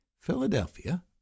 Philadelphia